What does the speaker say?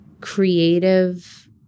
creative